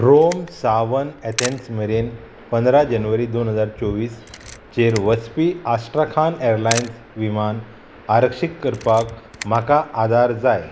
Rome सावन Athens मेरेन पंदरा जेनवरी दोन हजार चोवीस चेर वचपी आश्ट्रखान एरलायन्स विमान आरक्षीत करपाक म्हाका आदार जाय